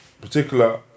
particular